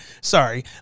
Sorry